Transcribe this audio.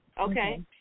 Okay